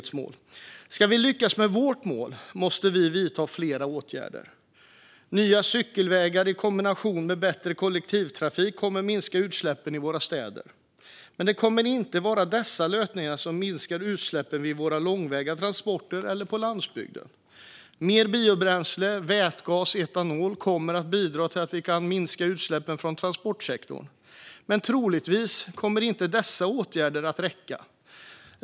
Ska vi lyckas med vårt mål måste vi vidta flera åtgärder. Nya cykelvägar i kombination med bättre kollektivtrafik kommer att minska utsläppen i våra städer, men det kommer inte vara dessa lösningar som minskar utsläppen vid våra långväga transporter eller på landsbygden. Mer biobränsle, vätgas och etanol kommer att bidra till att vi kan minska utsläppen ifrån transportsektorn. Men troligtvis kommer inte dessa åtgärder att räcka.